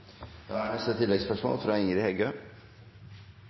Ingrid Heggø